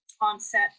onset